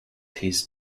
his